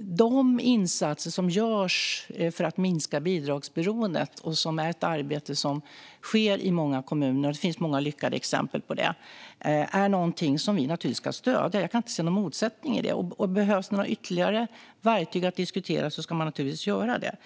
de insatser som görs för att minska bidragsberoendet - det är ett arbete som sker i många kommuner, och det finns många lyckade exempel på det - naturligtvis är någonting som vi ska stödja. Jag kan inte se någon motsättning i det. Behövs det ytterligare verktyg ska vi naturligtvis diskutera det.